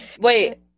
Wait